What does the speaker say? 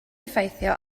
effeithio